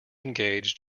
engage